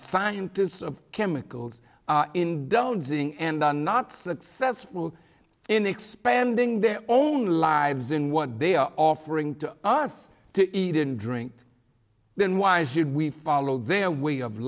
scientists of chemicals indulging and are not successful in expanding their own lives in what they are offering to us to eat and drink then why should we follow their way of